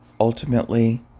ultimately